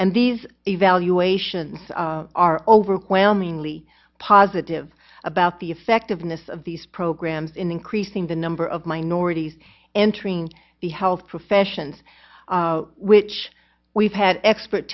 and these evaluations are overwhelmingly positive about the effectiveness of these programs in increasing the number of minorities entering the health professions which we've had expert